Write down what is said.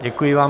Děkuji vám.